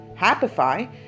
Happify